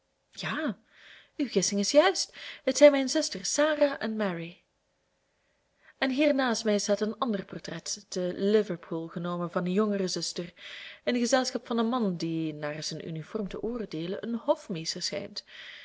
ja uw gissing is juist het zijn mijn zusters sarah en mary en hier naast mij staat een ander portret te liverpool genomen van een jongere zuster in gezelschap van een man die naar zijn uniform te oordeelen een hofmeester schijnt